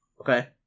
Okay